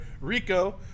Rico